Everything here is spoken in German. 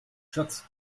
schatz